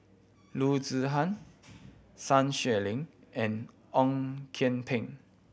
Loo Zihan Sun Xueling and Ong Kian Peng